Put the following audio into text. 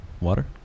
Water